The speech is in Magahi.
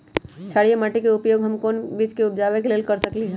क्षारिये माटी के उपयोग हम कोन बीज के उपजाबे के लेल कर सकली ह?